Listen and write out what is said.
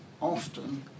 often